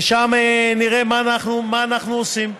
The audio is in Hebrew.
ושם אנחנו נראה מה אנחנו עושים.